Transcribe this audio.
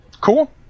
Cool